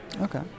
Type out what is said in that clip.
Okay